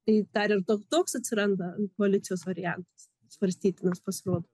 tai dar ir tok toks atsiranda koalicijos variantas svarstytinas pasirodo